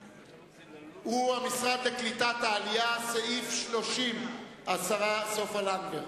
סעיף 30, המשרד לקליטת העלייה, השרה סופה לנדבר.